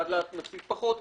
לאט-לאט נפסיד פחות כסף,